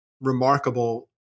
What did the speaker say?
remarkable